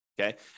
okay